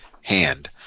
hand